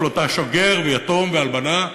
לא "לא תעשוק גר ויתום ואלמנה",